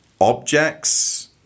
objects